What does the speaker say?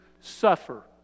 suffer